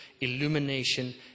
illumination